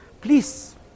please